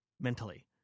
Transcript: mentally